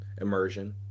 immersion